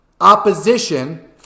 opposition